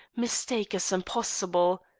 mistake is impossible.